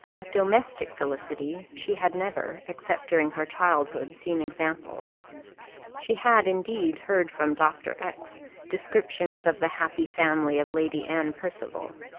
of domestic felicity she had never, except during her childhood, seen examples she had, indeed, heard from dr. x descriptions of the happy family of lady anne percival,